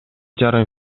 жарым